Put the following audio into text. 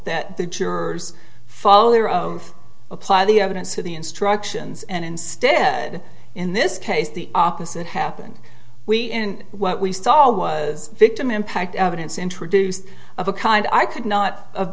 that the jurors follow their of apply the evidence to the instructions and instead in this case the opposite happened we in what we saw was victim impact evidence introduced of a kind i could not of